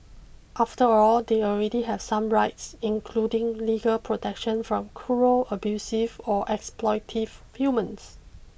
after all they already have some rights including legal protection from cruel abusive or exploitative humans